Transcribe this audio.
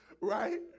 right